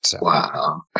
Wow